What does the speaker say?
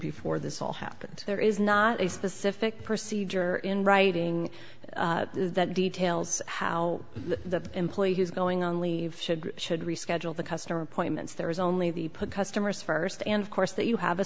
before this all happened there is not a specific procedure in writing that details how the employee who's going on leave should or should reschedule the customer appointments there is only the put customers first and of course that you have a